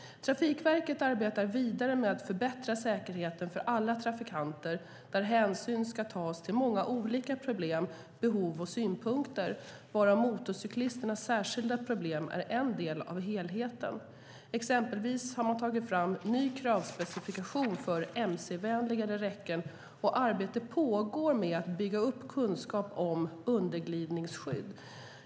Trafikverket arbetar vidare med att förbättra säkerheten för alla trafikanter, där hänsyn ska tas till många olika problem, behov och synpunkter, varav motorcyklisternas särskilda problem är en del av helheten. Exempelvis har man tagit fram en ny kravspecifikation för mc-vänligare räcken, och arbete pågår med att bygga upp kunskap om underglidningsskydd.